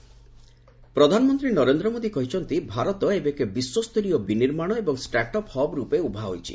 PM Uganda ପ୍ରଧାନମନ୍ତ୍ରୀ ନରେନ୍ଦ୍ର ମୋଦି କହିଛନ୍ତି ଭାରତ ଏବେ ଏକ ବିଶ୍ୱସ୍ତରୀୟ ବିନିର୍ମାଣ ଏବଂ ଷ୍ଟାର୍ଟ୍ଅପ୍ ହବ୍ ରୂପେ ଉଭା ହୋଇଛି